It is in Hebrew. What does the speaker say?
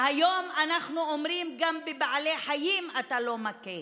והיום אנחנו אומרים: גם בעלי חיים אתה לא מכה.